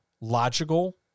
Logical